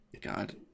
god